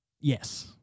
Yes